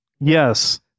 Yes